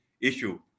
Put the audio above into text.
issue